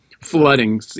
flooding